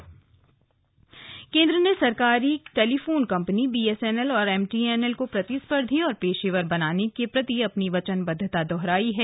BSNL केन्द्र ने सरकारी टेलीफोन कम्पनी बी एस एन एल और एम टी एन एल को प्रतिस्पर्धी और पेशेवर बनाने के प्रति अपनी वचनबद्धता दोहराई है